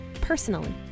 personally